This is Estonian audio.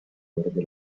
juurde